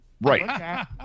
right